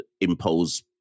impose